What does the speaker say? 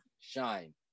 shine